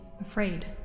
afraid